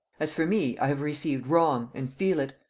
as for me, i have received wrong, and feel it.